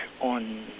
on